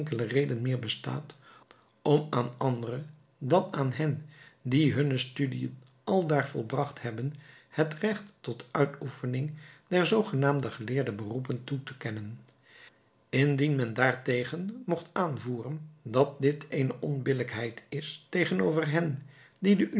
reden meer bestaat om aan andere dan aan hen die hunne studiën aldaar volbracht hebben het recht tot uitoefening der zoogenaamde geleerde beroepen toetekennen indien men daartegen mocht aanvoeren dat dit eene onbillijkheid is tegenover hen die de